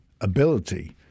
ability